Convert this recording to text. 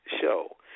show